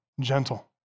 gentle